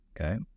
Okay